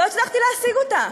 לא הצלחתי להשיג אותה.